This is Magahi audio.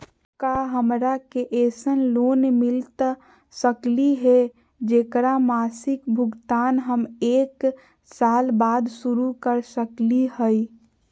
का हमरा के ऐसन लोन मिलता सकली है, जेकर मासिक भुगतान हम एक साल बाद शुरू कर सकली हई?